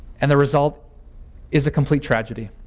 and the result is a complete tragedy.